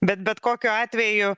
bet bet kokiu atveju